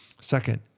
Second